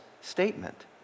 statement